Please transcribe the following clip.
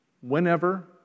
Whenever